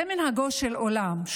זה מנהגו של עולם.